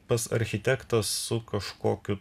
pas architektą su kažkokiu